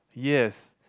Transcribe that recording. yes